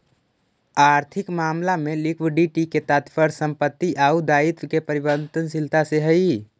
आर्थिक मामला में लिक्विडिटी के तात्पर्य संपत्ति आउ दायित्व के परिवर्तनशीलता से हई